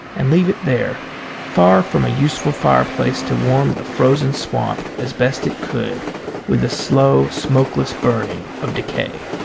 and leave it there far from a useful fireplace to warm the frozen swamp as best it could with the slow smokeless burning of decay.